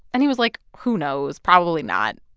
and he was, like, who knows? probably not.